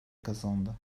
kazandı